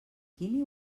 quini